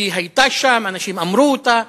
היא היתה שם, אנשים אמרו אותה,